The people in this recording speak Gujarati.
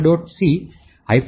c c